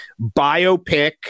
biopic